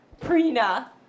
Prina